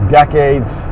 decades